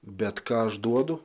bet ką aš duodu